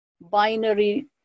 binary